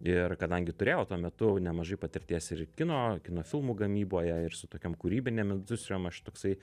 ir kadangi turėjau tuo metu nemažai patirties ir kino kino filmų gamyboje ir su tokiom kūrybinėm industrijom aš toksai